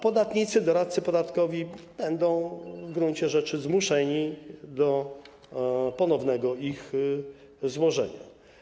Podatnicy, doradcy podatkowi będą w gruncie rzeczy zmuszeni do ponownego ich złożenia.